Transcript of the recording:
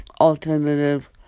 alternative